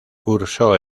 cursó